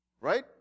right